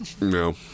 No